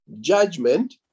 judgment